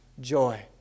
Joy